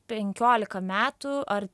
penkiolika metų ar